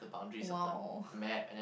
!wow!